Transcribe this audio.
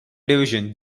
division